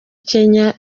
kenya